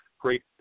great